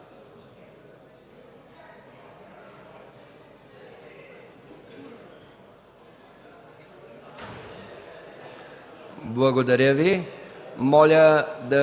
Благодаря Ви,